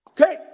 Okay